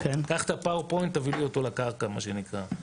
קח את הפאוור פוינט תביא לי אותו לקרקע מה שנקרא.